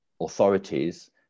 authorities